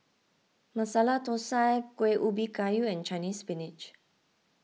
Masala Thosai Kueh Ubi Kayu and Chinese Spinach